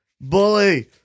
bully